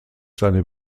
seine